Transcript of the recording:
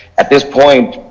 at this point,